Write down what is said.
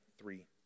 three